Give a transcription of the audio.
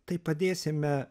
taip padėsime